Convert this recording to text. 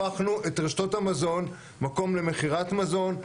הפכנו את רשתות המזון, מקום למכירת מזון,